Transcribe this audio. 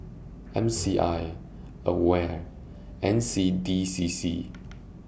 M C I AWARE N C D C C